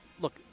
Look